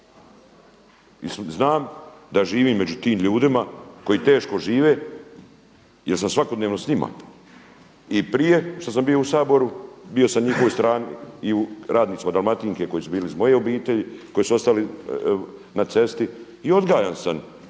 Znam da živim među tim ljudima koji teško žive, jer sam svakodnevno s njima i prije što sam bio u Saboru bio sam na njihovoj strani i radnicima Dalmatinke koji su bili iz moje obitelji, koji su ostali na cesti i odgajan sam